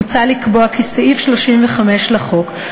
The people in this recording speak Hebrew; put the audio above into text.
מוצע לקבוע כי סעיף 35 לחוק,